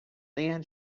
leanne